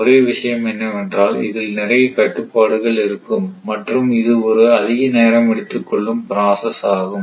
ஒரே விஷயம் என்னவென்றால் இதில் நிறைய கட்டுப்பாடுகள் இருக்கும் மற்றும் இது ஒரு அதிக நேரம் எடுத்துக் கொள்ளும் பிராசஸ் ஆகும்